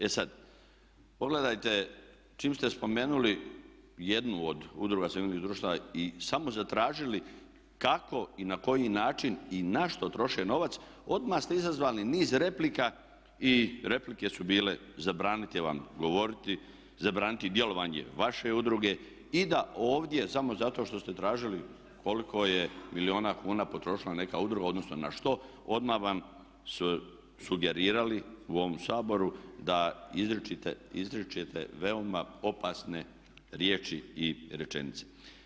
E sad, pogledajte čim ste spomenuli jednu od udruga civilnih društava i samo zatražili kako i na koji način i na što troše novac, odmah ste izazvali niz replika i replike su bile zabraniti vam govoriti, zabraniti djelovanje vaše udruge i da ovdje samo zato što ste tražili koliko je milijuna kuna potrošila neka udruga, odnosno na što odmah vam sugerirali u ovom Saboru da izričete veoma opasne riječi i rečenice.